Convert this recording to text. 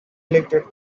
elected